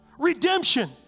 Redemption